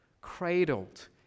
cradled